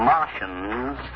Martians